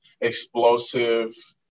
explosive